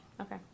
Okay